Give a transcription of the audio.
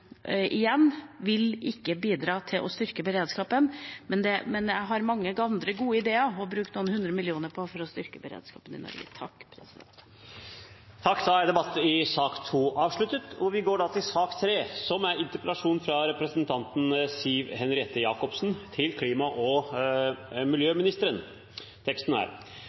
ikke vil bidra til å styrke beredskapen. Men jeg har mange andre gode ideer å bruke noen hundre millioner på for å styrke beredskapen i Norge. Da er debatten i sak nr. 2 avsluttet. Som presidenten refererte, har Vitenskapskomiteen for mat og miljø nylig lagt fram en rapport knyttet til